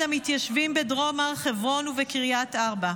המתיישבים בדרום הר חברון ובקריית ארבע.